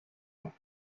ans